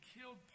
killed